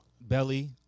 Belly